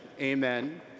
amen